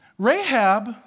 Rahab